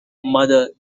mother